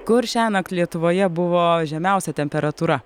kur šiąnakt lietuvoje buvo žemiausia temperatūra